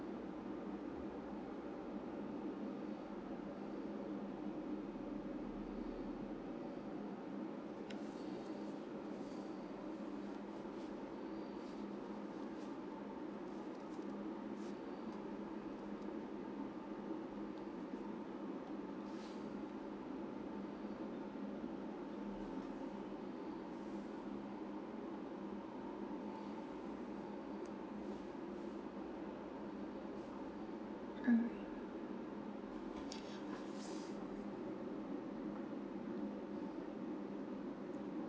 alright